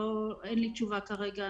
תשובה כרגע.